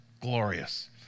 Glorious